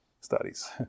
studies